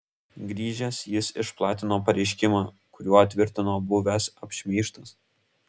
grįžęs jis išplatino pareiškimą kuriuo tvirtino buvęs apšmeižtas